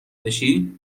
بشی